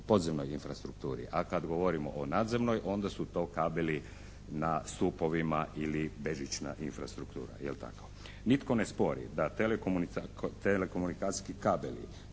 podzemnoj infrastrukturi, a kad govorimo o nadzemnoj onda su to kabeli na stupovima ili bežična infrastruktura je li tako? Nitko ne spori da telekomunikacijski kabeli